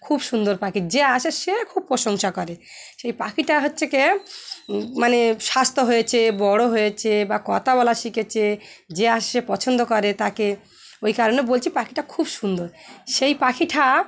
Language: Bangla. খুব সুন্দর পাখি যে আসে সে খুব প্রশংসা করে সেই পাখিটা হচ্ছে গিয়ে মানে স্বাস্থ্য হয়েছে বড়ো হয়েছে বা কথা বলা শিখেছে যে আসে সে পছন্দ করে তাকে ওই কারণে বলছি পাখিটা খুব সুন্দর সেই পাখিটা